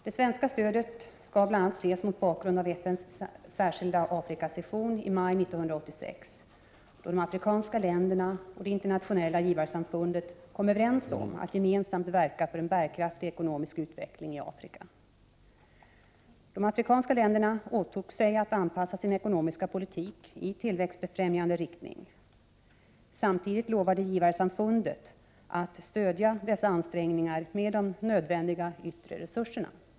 Det svenska stödet skall ses bl.a. mot bakgrund av FN:s särskilda Afrikasession i maj 1986, då de afrikanska länderna och det internationella givarsamfundet kom överens om att gemensamt verka för en bärkraftig ekonomisk utveckling i Afrika. De afrikanska länderna åtog sig då att anpassa sin ekonomiska politik i tillväxtbefrämjande riktning. Samtidigt lovade givarsamfundet att stödja dessa ansträngningar med de nödvändiga yttre resurserna.